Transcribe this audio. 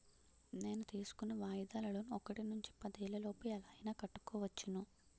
నేను తీసుకున్న వాయిదాల లోన్ ఒకటి నుండి పదేళ్ళ లోపు ఎలా అయినా కట్టుకోవచ్చును